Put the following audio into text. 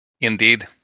Indeed